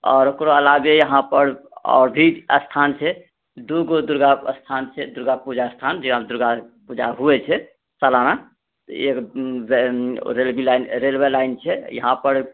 आओर ओकरो अलावे यहाँपर आओर भी स्थान छै दूगो दुर्गास्थान छै दुर्गापूजा स्थान जहाँ पूजा होइ छै सालना एक रेलवे लाइन छै यहाँ पर